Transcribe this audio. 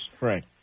Right